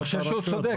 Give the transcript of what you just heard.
אבל אני חושב שהוא צודק,